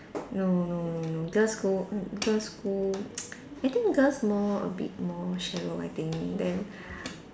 no no no no girls' school girls' school I think girls more a bit more shallow I think then